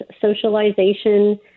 socialization